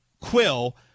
Quill